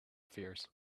fierce